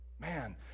man